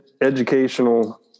educational